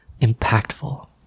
impactful